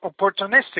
opportunistic